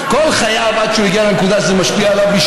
ואם,